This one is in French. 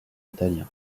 italien